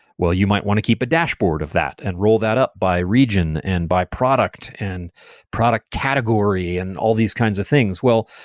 well, you might want to keep a dashboard of that and roll that up by region and by product and product category and all these kinds of things. well,